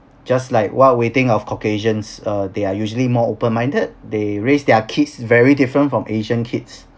just like what we think of caucasians uh they are usually more open minded they raise their kids very different from asian kids